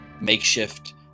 makeshift